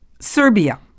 Serbia